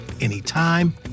anytime